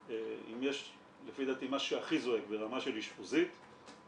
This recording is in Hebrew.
אם יש לפי דעתי משהו שהכי זועק ברמה של אשפוזית זה